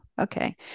okay